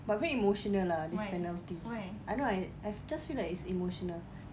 but very emotional lah this penalty I don't know I I just feel like it's emotional